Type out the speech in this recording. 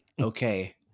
Okay